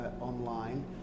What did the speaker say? online